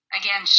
again